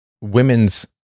Women's